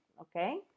okay